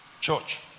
Church